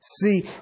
See